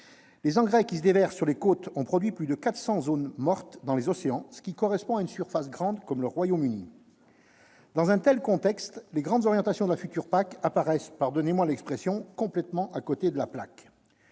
les engrais qui se déversent sur les côtes ont produit plus de 400 « zones mortes » dans les océans, ce qui correspond à une surface grande comme le Royaume-Uni. Dans un tel contexte, les grandes orientations de la future PAC apparaissent- pardonnez-moi l'expression -complètement à côté de la plaque.